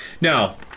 Now